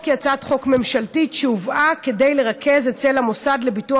היא הצעת חוק ממשלתית שהובאה כדי לרכז אצל המוסד לביטוח